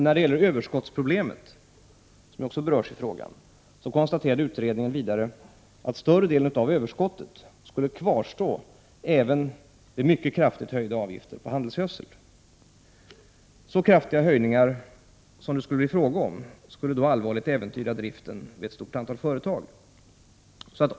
När det gäller överskottsproblemet konstaterade utredningen vidare att större delen av överskottet skulle kvarstå även vid mycket kraftigt höjda avgifter på handelsgödsel. Så kraftiga höjningar som det blir fråga om skulle allvarligt äventyra driften vid ett stort antal företag.